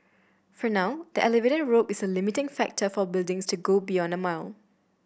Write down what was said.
for now the elevator rope is a limiting factor for buildings to go beyond a mile